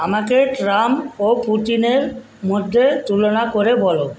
আমাকে ট্রাম্প ও পুতিনের মধ্যে তুলনা করে বলো